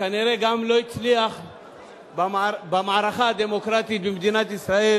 שכנראה גם לא הצליח במערכה הדמוקרטית במדינת ישראל